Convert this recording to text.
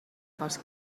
pels